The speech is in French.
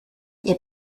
est